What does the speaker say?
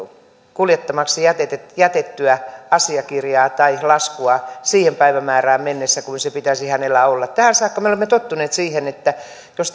kuljettamaksi jätettyä jätettyä asiakirjaa tai laskua siihen päivämäärään mennessä kuin se pitäisi hänellä olla tähän saakka me olemme tottuneet siihen että jos